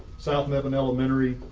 south mebane, elementary,